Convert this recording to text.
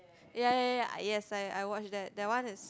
ya ya ya ah yes I I watched that that one is